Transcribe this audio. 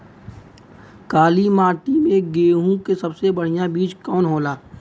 काली मिट्टी में गेहूँक सबसे बढ़िया बीज कवन होला?